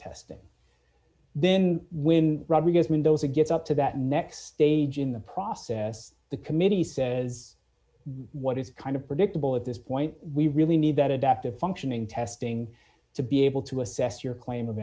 testing then when rodriguez mendoza gets up to that next stage in the process the committee says what is kind of predictable at this point we really need that adaptive functioning testing to be able to assess your claim of